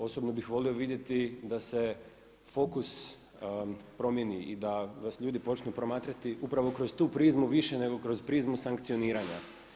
Osobno bih volio vidjeti da se fokus promjeni i da vas ljudi počnu promatrati upravo kroz tu prizmu više nego kroz prizmu sankcioniranja.